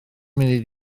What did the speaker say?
munud